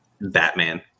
Batman